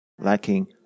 lacking